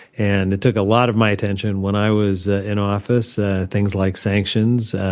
and it took a lot of my attention when i was ah in office ah things like sanctions,